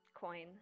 coin